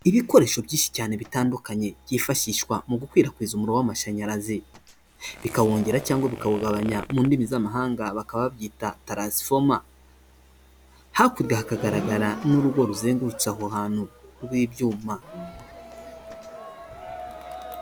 Ibikoresho byinshi cyane bitandukanye, byifashishwa mu gukwirakwiza umuriro w'amashanyarazi, bikawongera cyangwa bikawugabanya, mu ndimi z'amahanga bakaba babyita taransifoma, hakurya hakagaragara n'urugo ruzengurutse aho hantu, rw'ibyuma.